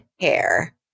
hair